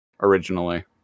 originally